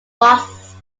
vosges